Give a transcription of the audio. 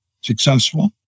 successful